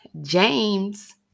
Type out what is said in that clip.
James